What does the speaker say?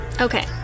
Okay